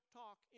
talk